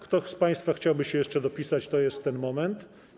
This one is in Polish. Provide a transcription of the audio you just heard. Kto z państwa chciałby się jeszcze dopisać, to jest ten moment.